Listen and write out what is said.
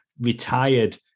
retired